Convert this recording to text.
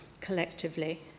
collectively